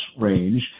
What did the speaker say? range